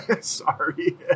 Sorry